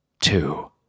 Two